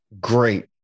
great